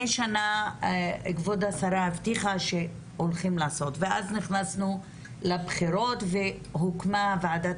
שנה כבוד השרה הבטיחה שהולכים לעשות ואז נכנסנו לבחירות והוקמה ועדת